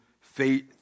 faith